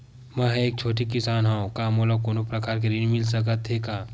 मै ह एक छोटे किसान हंव का मोला कोनो प्रकार के ऋण मिल सकत हे का?